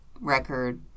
record